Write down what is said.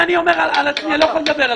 אני מדבר על עצמי לא כל כולם.